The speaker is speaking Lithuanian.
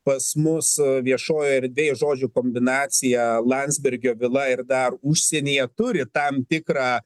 pas mus viešojoj erdvėj žodžių kombinacija landsbergio vila ir dar užsienyje turi tam tikrą